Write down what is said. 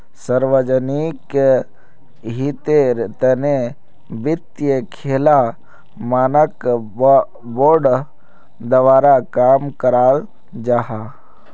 सार्वजनिक हीतेर तने वित्तिय लेखा मानक बोर्ड द्वारा काम कराल जाहा